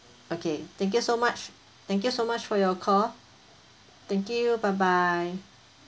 okay thank you so much thank you so much for your call thank you bye bye